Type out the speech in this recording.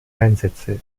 einsätze